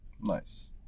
Nice